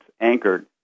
anchored